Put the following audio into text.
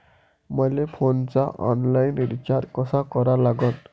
मले फोनचा online recharge कसा करा लागन?